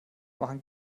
machen